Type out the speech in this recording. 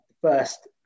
first